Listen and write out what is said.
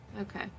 okay